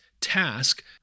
task